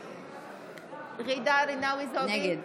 נגד ג'ידא רינאוי זועבי, נגד